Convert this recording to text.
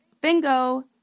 Bingo